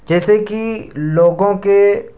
جیسے کہ لوگوں کے